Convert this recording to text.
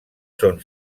són